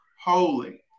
holy